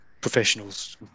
professionals